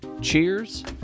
Cheers